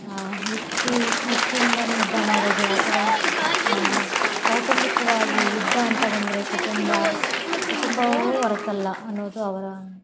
ಯುಕ್ತಿ ಯುಕ್ತಿಯಿಂದಾನೇ ಯುದ್ಧ ಮಾಡೋದು ಅಥ್ವಾ ಕೌಟುಂಬಿಕವಾಗಿ ಯುದ್ಧ ಅಂತ ಬಂದರೆ ಕುಟುಂಬ ಕುಟುಂಬವೂ ಹೊರತಲ್ಲ ಅನ್ನೋದು ಅವರ